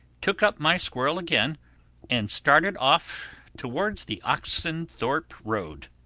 took up my squirrel again and started oft towards the oxenthorpe road.